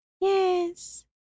Yes